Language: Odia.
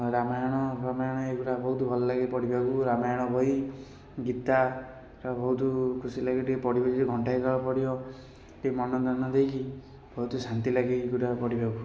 ରାମାୟଣ ଫାମାୟଣ ଏଗୁଡ଼ା ବହୁତ ଭଲଲାଗେ ପଢ଼ିବାକୁ ରାମାୟଣ ବହି ଗୀତା ବହୁତ ଖୁସିଲାଗେ ଟିକିଏ ପଢ଼ିବିକି ଘଣ୍ଟାଏ କାଳ ପଢ଼ି ହେବ ଟିକିଏ ମନଧ୍ୟାନ ଦେଇକି ବହୁତ ଶାନ୍ତି ଲାଗେ ଏଇଗୁରା ପଢ଼ିବାକୁ